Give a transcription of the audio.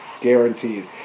guaranteed